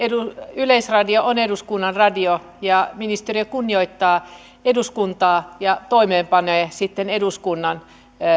yleisradio on eduskunnan radio ja ministeriö kunnioittaa eduskuntaa ja toimeenpanee eduskunnan